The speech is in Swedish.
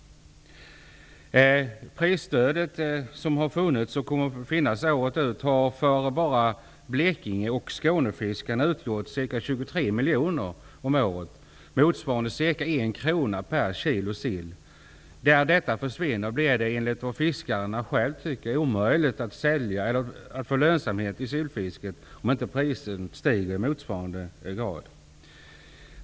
Det prisstöd som har funnits och kommer att finnas året ut har för bara fiskarna i Blekinge och Skåne utgjort ca 23 miljoner kronor om året. Det motsvarar ungefär en krona per kilo sill. När detta prisstöd försvinner blir det enligt fiskarna själva omöjligt att sälja eller att få lönsamhet i sillfisket om inte priserna stiger i motsvarande grad.